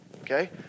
Okay